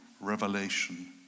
revelation